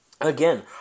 again